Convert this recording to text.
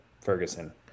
Ferguson